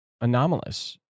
anomalous